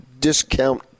discount